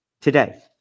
today